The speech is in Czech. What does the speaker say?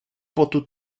potu